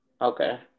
Okay